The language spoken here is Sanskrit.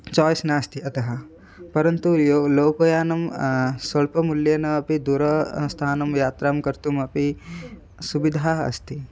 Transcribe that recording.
चाय्स् नास्ति अतः परन्तु यो लोकयानं स्वल्पमुल्येन अपि दुर स्थानं यात्रां कर्तुम् अपि सुविधाः अस्ति